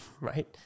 right